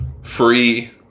free